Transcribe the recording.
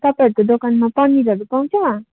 तपाईँहरूको दोकानमा पनिरहरू पाउँछ